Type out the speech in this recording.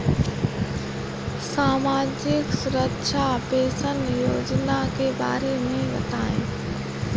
सामाजिक सुरक्षा पेंशन योजना के बारे में बताएँ?